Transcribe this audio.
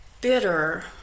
bitter